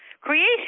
Creation